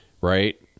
right